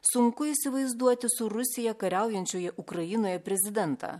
sunku įsivaizduoti su rusija kariaujančioje ukrainoje prezidentą